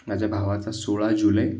माझ्या भावाचा सोळा जुलै